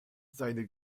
seine